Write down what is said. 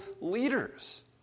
leaders